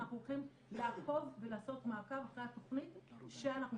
אנחנו הולכים לעקוב ולעשות מעקב אחרי התכנית שאנחנו